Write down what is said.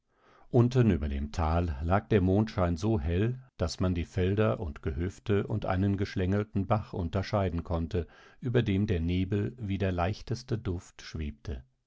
unten über dem tal lag der mondschein so hell daß man die felder und gehöfte und einen geschlängelten bach unterscheiden konnte über dem der nebel wie der leichteste duft schwebte